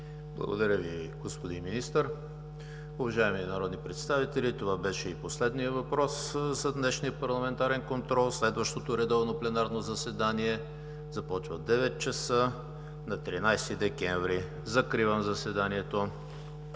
Благодаря Ви, господин Министър. Уважаеми народни представители, това беше и последният въпрос за днешния парламентарен контрол. Следващото редовно пленарно заседание започва в 9,00 ч. на 13 декември тази година. Закривам заседанието.